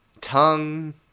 tongue